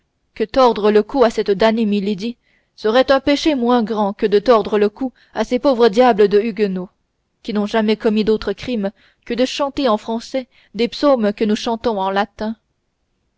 que tordre le cou à cette damnée milady serait un péché moins grand que de le tordre à ces pauvres diables de huguenots qui n'ont jamais commis d'autres crimes que de chanter en français des psaumes que nous chantons en latin